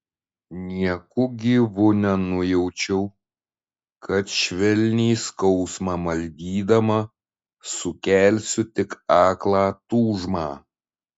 nieku gyvu nenujaučiau kad švelniai skausmą maldydama sukelsiu tik aklą tūžmą